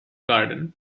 garden